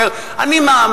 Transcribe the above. אומר: אני מאמין,